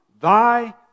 Thy